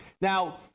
Now